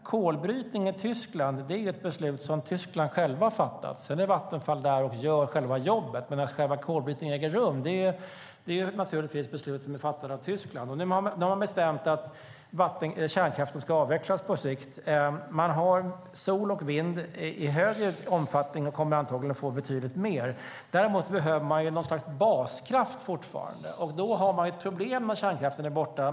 Kolbrytning i Tyskland baseras på ett beslut som Tyskland självt har fattat. Sedan är Vattenfall där och gör jobbet. Att själva kolbrytningen äger rum är någonting som naturligtvis har beslutats av Tyskland. Nu har man bestämt att kärnkraften ska avvecklas på sikt. Man har sol och vind i större omfattning och kommer antagligen att få betydligt mer av det. Däremot behöver man fortfarande något slags baskraft. Då har man ett problem när kärnkraften är avvecklad.